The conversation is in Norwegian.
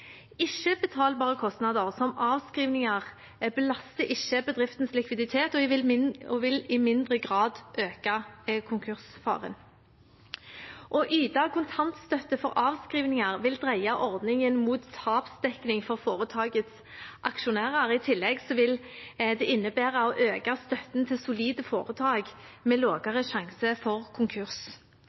kostnader, som avskrivninger, belaster ikke bedriftens likviditet og vil i mindre grad øke konkursfaren. Å yte kontantstøtte for avskrivninger vil dreie ordningen mot tapsdekning for foretakets aksjonærer. I tillegg vil det innebære å øke støtten til solide foretak med lavere fare for konkurs.